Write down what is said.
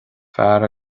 fear